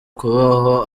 kubaho